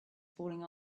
falling